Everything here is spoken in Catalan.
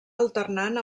alternant